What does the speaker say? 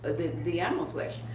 the the animal flesh.